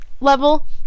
level